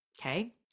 okay